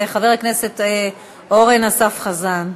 חבר הכנסת אורן אסף חזן.